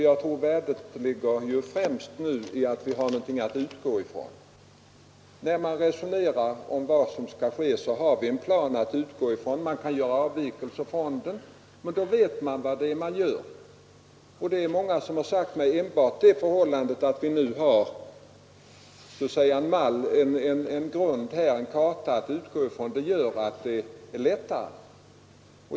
Jag tror att dess värde kanske främst är att vi nu har någonting att utgå från, när vi resonerar om vad som skall ske. Man kan göra avvikelser från planen, men man vet då vad man gör. Många har sagt till mig att enbart det förhållandet att vi nu har en mall, en karta att utgå från gör det lättare.